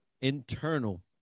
internal